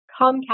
Comcast